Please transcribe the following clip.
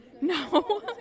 No